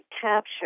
capture